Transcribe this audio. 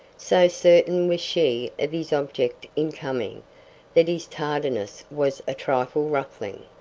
so certain was she of his object in coming that his tardiness was a trifle ruffling.